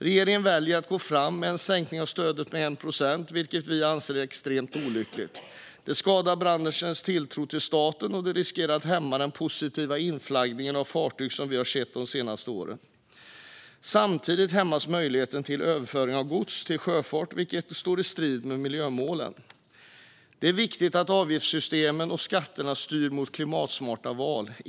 Regeringen väljer att gå fram med en sänkning av stödet med 1 procent, vilket vi anser är extremt olyckligt. Det skadar branschens tilltro till staten, och det riskerar att hämma den positiva inflaggning av fartyg som vi har sett de senaste åren. Samtidigt hämmas möjligheten till överflyttning av gods till sjöfart, vilket står i strid med miljömålen. Det är viktigt att avgiftssystemen och skatterna styr mot klimatsmarta val.